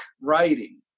writing